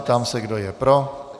Ptám se, kdo je pro.